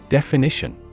Definition